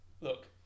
Look